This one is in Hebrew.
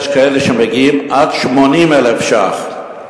יש כאלה שמגיעים עד 80,000 ש"ח.